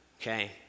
Okay